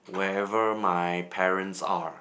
wherever my parents are